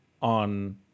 on